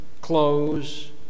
clothes